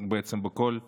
בכל הזדמנות.